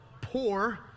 Poor